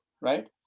Right